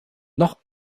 noch